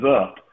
up